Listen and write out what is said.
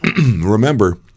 remember